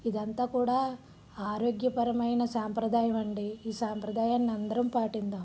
ఇదంతా కూడా ఆరోగ్యపరమైన సాంప్రదాయం అండి ఈ సాంప్రదాయాన్ని అందరం పాటిద్దాం